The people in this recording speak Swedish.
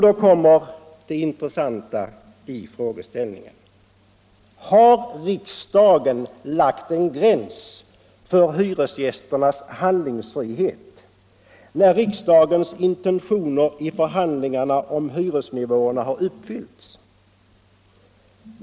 Då kommer det intressanta i frågeställningen: Har riksdagen lagt en gräns för hyresgästernas handlingsfrihet, när riksdagens intentioner i förhandlingarna om hyresnivån har uppfyllts?